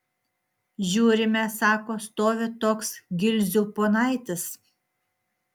žiūrime sako stovi toks gilzių ponaitis